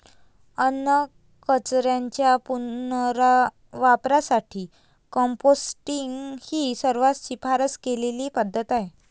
अन्नकचऱ्याच्या पुनर्वापरासाठी कंपोस्टिंग ही सर्वात शिफारस केलेली पद्धत आहे